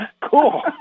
Cool